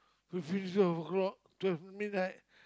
we finish twelve o-clock twelve midnight